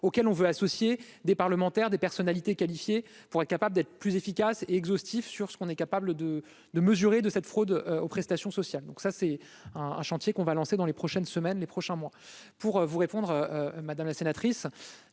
auquel on veut associer des parlementaires, des personnalités qualifiées pour être capable d'être plus efficace et exhaustif sur ce qu'on est capable de de mesurer de cette fraude aux prestations sociales, donc ça c'est un un chantier qu'on va lancer dans les prochaines semaines, les prochains mois pour vous répondre madame la sénatrice.